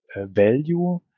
value